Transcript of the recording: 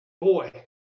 boy